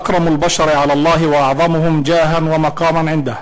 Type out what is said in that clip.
פסוק מהקוראן שאלוהים מתאר בו את הנביא מוחמד,